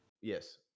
Yes